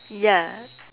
ya